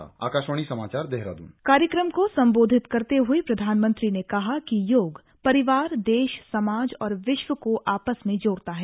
अर्न्तराष्ट्रीय योग दिवस जारी कार्यक्रम को संबोधित करते हए प्रधानमंत्री ने कहा कि योग परिवार देश समाज और विश्व को आपस में जोड़ता है